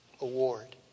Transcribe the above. award